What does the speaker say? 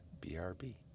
brb